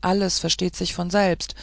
alles versteht sich von selbst